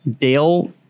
dale